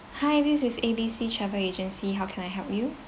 hi this is A B C travel agency how can I help you